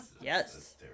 Yes